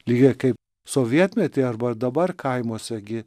lygiai kaip sovietmetį arba dabar kaimuose gi